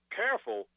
careful